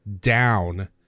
down